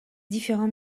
différents